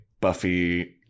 Buffy